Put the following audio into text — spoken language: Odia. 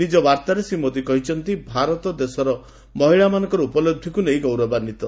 ନିଜ ବାର୍ତ୍ତାରେ ଶ୍ରୀ ମୋଦି କହିଛନ୍ତି ଭାରତ ଦେଶର ମହିଳାମାନଙ୍କର ଉଲ ଗୌରବାନ୍ୱିତ